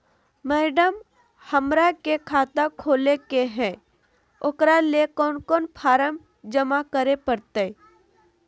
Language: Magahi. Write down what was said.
मैडम, हमरा के खाता खोले के है उकरा ले कौन कौन फारम जमा करे परते?